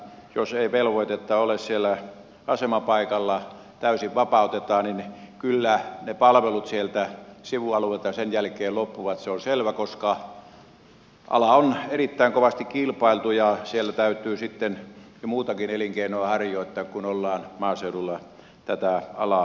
jos ei velvoitetta ole siellä asemapaikalla täysin vapautetaan niin kyllä palvelut sieltä sivualueilta sen jälkeen loppuvat se on selvä koska ala on erittäin kovasti kilpailtu ja siellä täytyy sitten jo muutakin elinkeinoa harjoittaa kun ollaan maaseudulla tätä alaa pyörittämässä